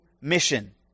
mission